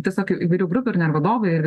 tiesiog įvairių grupių ar ne vadovai ir